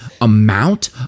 amount